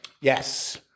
Yes